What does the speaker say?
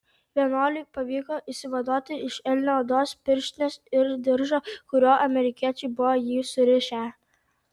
vienuoliui pavyko išsivaduoti iš elnio odos pirštinės ir diržo kuriuo amerikiečiai buvo jį surišę